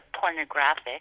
pornographic